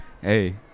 Hey